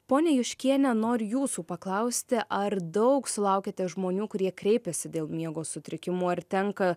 ponia juškiene noriu jūsų paklausti ar daug sulaukiate žmonių kurie kreipiasi dėl miego sutrikimų ar tenka